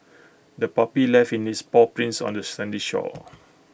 the puppy left in its paw prints on the sandy shore